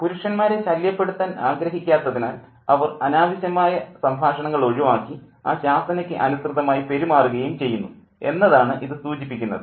പുരുഷന്മാരെ ശല്യപ്പെടുത്താൻ ആഗ്രഹിക്കാത്തതിനാൽ അവർ അനാവശ്യമായ സംഭാഷണങ്ങൾ ഒഴിവാക്കി ആ ശാസനയ്ക്ക് അനുസൃതമായി പെരുമാറുകയും ചെയ്യുന്നു എന്നതാണ് ഇത് സൂചിപ്പിക്കുന്നത്